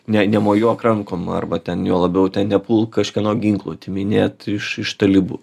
ne nemojuok rankom arba ten juo labiau nepulk kažkieno ginklų atiminėt iš iš talibų